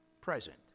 present